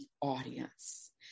audience